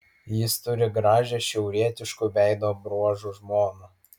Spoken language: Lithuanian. jis turi gražią šiaurietiškų veido bruožų žmoną